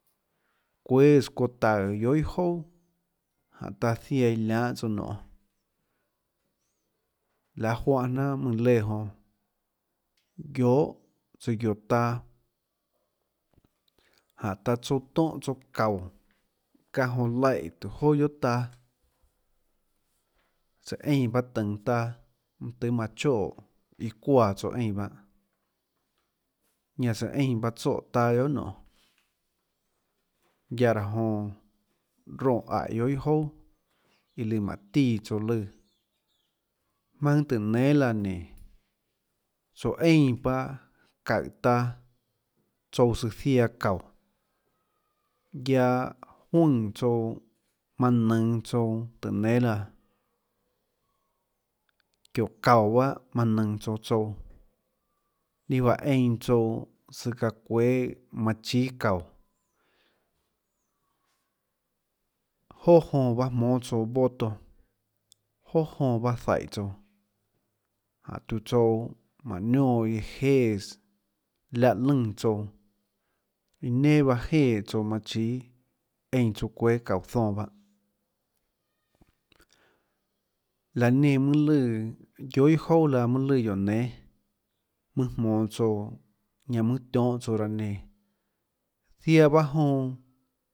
Cuéâs çuoã taùå guiohà iâ jouà jánhå taã ziaã iã lianhâ tsouã nioê liaê juáhã jnanà mønã léã jonã guiohà tsoã guioå taâ jáhå taã tsouã tóhã tsouã çaúå çáhã jonã liáhã tùhå joà guiohà taâ tsøã eínã bahâ tønå taâ tøhê manã choè iã çuáhã tsouã eínã pahâ ñanã tsøã eínã pahâ tsoè taâ guiohà nionê guiaâ raã jonã ronè aíhå guiohà iâ jouà iã lùã manã tíã tsouã lùã jmaønâ tóhå nénâ laã nénå tsouã eínã pahâ çaùhå taâ tsouã tsøã ziaã çaúå guiaâ juønè tsouã manã nønå tsouã tùhå nénâ laã çióhå çaúå bahâ manã nønå tsouã tsouã ninâ juáhã einã tsouã çaã çuéâ manã chíâ çaúå joà jonã bahâ jmónâ tsouã voto joà jonã baâ zaíhå tsouã jáhå tiuã tsouã mánhå niónã iã jéãs liáhå lùnã tsouã iâ nenà baâ jéã tsouã manã chíâ einã tsouã çuéâ çaúå zonã bahâ liaã nenã mønâ lùã guiohà iâ jouà laã mønâ lùã guióå nénâ jmønâ monå tsouã mønâ tionhâ tsouã raã nenã ziaã bahâ jonã.